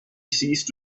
ceased